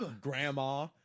grandma